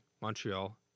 Montreal